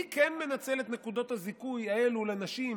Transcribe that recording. מי כן מנצל את נקודות הזיכוי האלו לנשים,